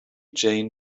jane